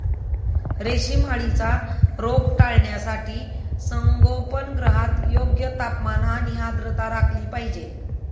रेशीम अळीचा रोग टाळण्यासाठी संगोपनगृहात योग्य तापमान आणि आर्द्रता राखली पाहिजे